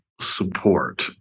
support